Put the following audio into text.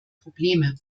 probleme